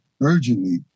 urgently